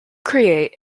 create